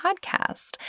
podcast